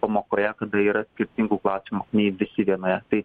pamokoje kada yra skirtingų kalsių mokiniai visi vienoje tai